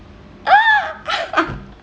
ah